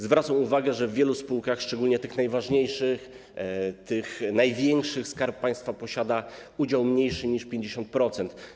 Zwracam uwagę, że w wielu spółkach, szczególnie tych najważniejszych, tych największych, Skarb Państwa posiada udział mniejszy niż 50%.